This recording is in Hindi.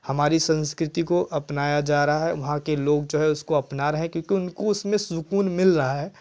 हमारी संस्कृति को अपनाया जा रहा है वहाँ के लोग जो है उसको अपना रहे क्योंकि उनको उसमें सुकून मिल रहा है